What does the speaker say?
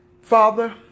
Father